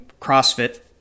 CrossFit